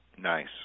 Nice